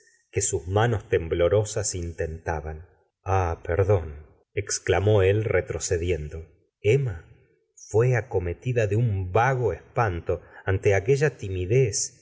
que sus manos temblorosas intentaban ah perdón exclamó él retrocediendo emma fué acometida de un vago espanto ante aquella timidez